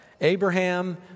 Abraham